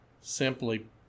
simply